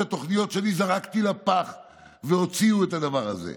התוכניות שאני זרקתי לפח והוציאו את הדבר הזה.